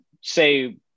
say